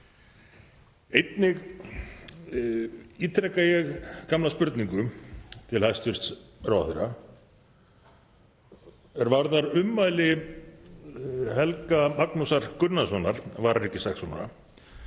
Einnig ítreka ég gamla spurningu til hæstv. ráðherra er varðar ummæli Helga Magnúsar Gunnarssonar vararíkissaksóknara,